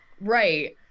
right